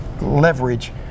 leverage